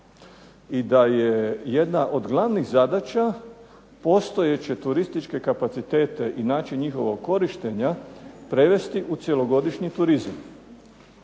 I da je jedna od glavnih zadaća postojeće turističke kapacitete i način njihovog korištenja prevesti u cjelogodišnji turizam.